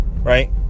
right